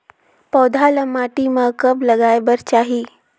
पौधा ल माटी म कब लगाए बर चाही?